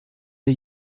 mir